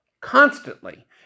constantly